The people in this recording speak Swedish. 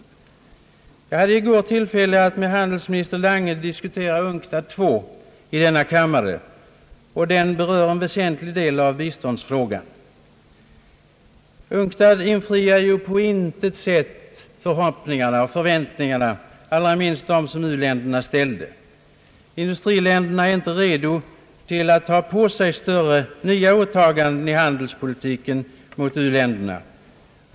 Jag hade i går tillfälle att med handelsminister Lange diskutera UNCTAD I[ i denna kammare. Den konferensen berörde en väsentlig del av biståndsfrågan. UNCTAD infriade på intet sätt förhoppningarna och förväntningarna, allra minst de som u-länderna ställde. Industriländerna är inte redo att ta på sig nya åtaganden i handelspolitiken gentemot u-länderna.